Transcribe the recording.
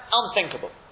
unthinkable